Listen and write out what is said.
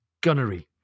gunnery